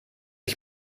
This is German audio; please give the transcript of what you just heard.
ich